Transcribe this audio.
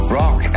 rock